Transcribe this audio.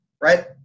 right